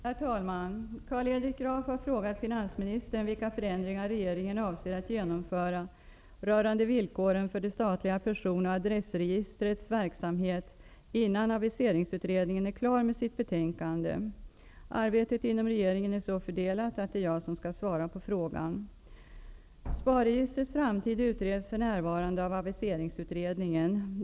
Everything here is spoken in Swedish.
Herr talman! Carl Fredrik Graf har frågat finansministern vilka förändringar regeringen avser att genomföra rörande villkoren för det statliga person och adressregistrets verksamhet innan aviseringsutredningen är klar med sitt betänkande. Arbetet inom regeringen är så fördelat att det är jag som skall svara på frågan. SPAR-registrets framtid utreds för närvarande av aviseringsutredningen.